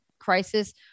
crisis